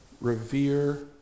revere